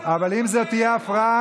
אבל אם זאת תהיה הפרעה,